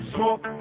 Smoke